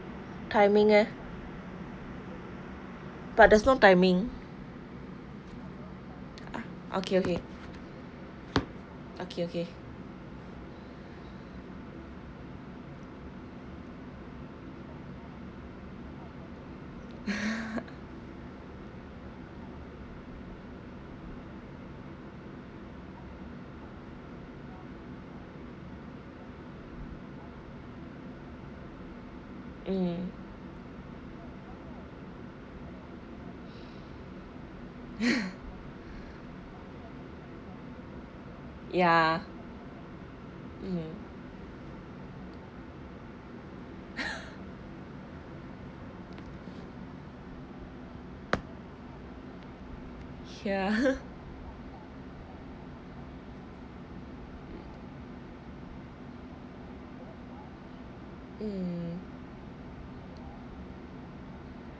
timing eh but there's no timing ah okay okay okay okay mm yeah mmhmm yeah mm